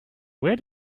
where